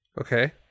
Okay